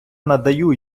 надаю